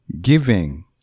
Giving